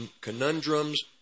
conundrums